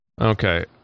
Okay